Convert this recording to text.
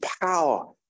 power